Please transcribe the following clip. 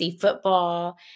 football